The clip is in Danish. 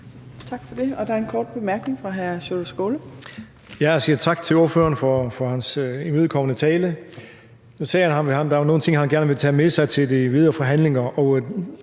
Tak for det. Der er en kort bemærkning fra hr. Sjúrður Skaale.